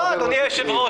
אדוני היושב-ראש,